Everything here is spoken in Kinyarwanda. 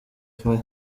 fire